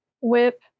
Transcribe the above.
whip